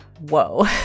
whoa